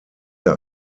der